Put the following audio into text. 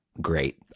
great